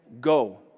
go